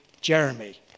Jeremy